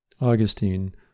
Augustine